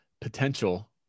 potential